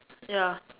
ya